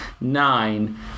nine